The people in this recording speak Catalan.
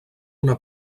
una